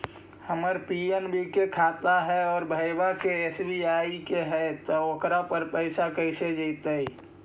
हमर पी.एन.बी के खाता है और भईवा के एस.बी.आई के है त ओकर पर पैसबा कैसे जइतै?